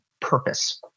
purpose